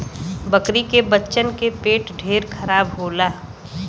बकरी के बच्चन के पेट ढेर खराब होला